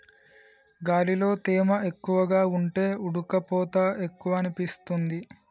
గాలిలో తేమ ఎక్కువగా ఉంటే ఉడుకపోత ఎక్కువనిపిస్తుంది